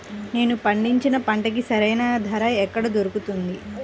నేను పండించిన పంటకి సరైన ధర ఎక్కడ దొరుకుతుంది?